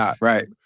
right